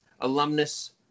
alumnus